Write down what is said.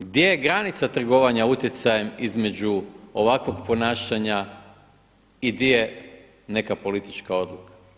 Gdje je granica trgovanjem utjecajem između ovakvog ponašanja i gdje je neka politička odluka?